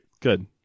Good